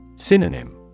Synonym